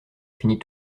finit